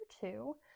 two